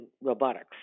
robotics